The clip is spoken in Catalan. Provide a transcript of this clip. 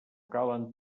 calen